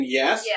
yes